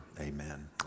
Amen